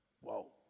Whoa